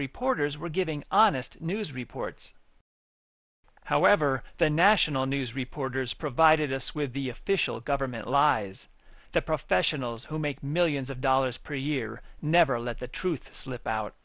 reporters were giving honest news reports however the national news reporters provided us with the official government lies that professionals who make millions of dollars per year never let the truth slip out